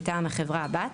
מטעם החברה הבת,